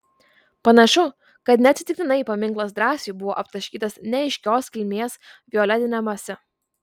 panašu kad neatsitiktinai paminklas drąsiui buvo aptaškytas neaiškios kilmės violetine mase